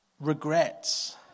Regrets